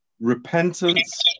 repentance